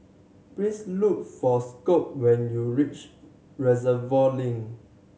please look for Scot when you reach Reservoir Link